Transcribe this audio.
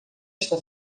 esta